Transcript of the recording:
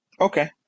Okay